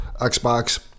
Xbox